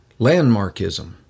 Landmarkism